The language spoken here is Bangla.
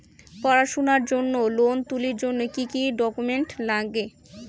পড়াশুনার জন্যে লোন তুলির জন্যে কি কি ডকুমেন্টস নাগে?